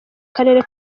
karere